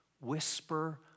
whisper